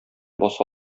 баса